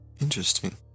Interesting